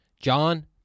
John